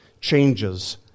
changes